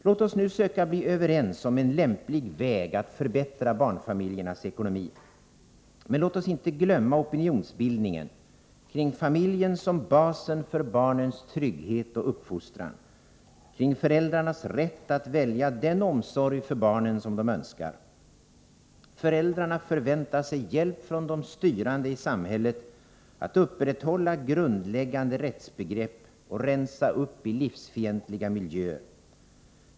Låt oss nu söka bli överens om en lämplig väg att förbättra barnfamiljernas ekonomi. Men låt oss inte glömma opinionsbildningen kring familjen som basen för barnens trygghet och uppfostran och kring föräldrarnas rätt att välja den omsorg för barnen som de önskar. Föräldrarna förväntar sig hjälp från de styrande i samhället att upprätthålla grundläggande rättsbegrepp och rensa upp i livsfientliga miljöer.